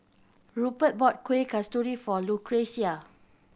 Rupert bought Kueh Kasturi for Lucretia